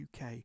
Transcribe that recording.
UK